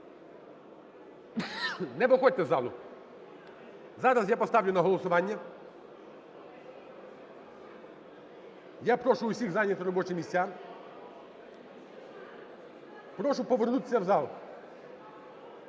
Не виходьте з залу. Зараз я поставлю на голосування. Я прошу всіх зайняти робочі місця. Прошу повернутися в зал,